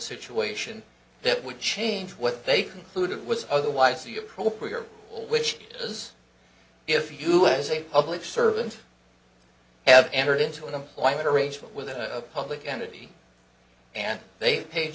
situation that would change what they concluded was otherwise the appropriate which is if you as a public servant have entered into an employment arrangement with a public entity and they paid